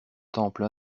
temple